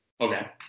Okay